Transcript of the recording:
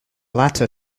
latter